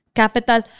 capital